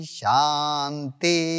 shanti